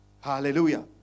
Hallelujah